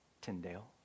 Tyndale